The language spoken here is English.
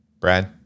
Brad